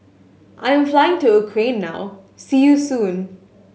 I am flying to Ukraine now see you soon